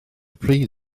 pryd